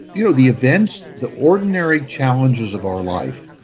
you know the events, the ordinary challenges of our life,